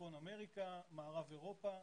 מצפון אמריקה, מערב אירופה.